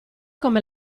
come